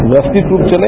व्यवस्थित रूप चले